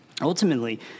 ultimately